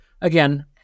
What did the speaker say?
again